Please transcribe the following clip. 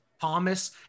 Thomas